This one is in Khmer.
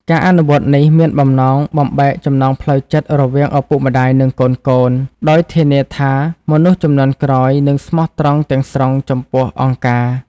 ការអនុវត្តនេះមានបំណងបំបែកចំណងផ្លូវចិត្តរវាងឪពុកម្តាយនិងកូនៗ ដោយធានាថាមនុស្សជំនាន់ក្រោយនឹងស្មោះត្រង់ទាំងស្រុងចំពោះអង្គការ។